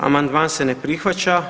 Amandman se ne prihvaća.